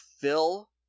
fill